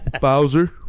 bowser